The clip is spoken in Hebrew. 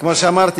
כמו שאמרתי,